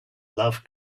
love